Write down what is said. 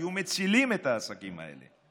היו מצילים את העסקים האלה,